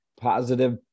positive